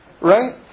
Right